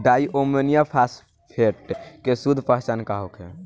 Di ammonium phosphate के शुद्ध पहचान का होखे?